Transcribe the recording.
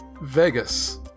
vegas